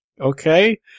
Okay